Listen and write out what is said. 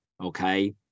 okay